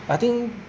I think